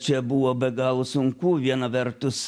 čia buvo be galo sunku viena vertus